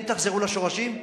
אם תחזרו לשורשים,